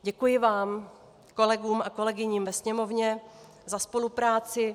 Děkuji vám, kolegům a kolegyním v Sněmovně, za spolupráci.